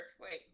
wait